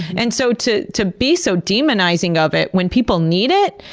and so to to be so demonizing of it, when people need it,